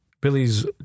Billy's